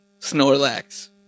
Snorlax